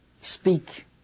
speak